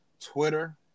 Twitter